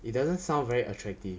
it doesn't sound very attractive